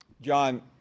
John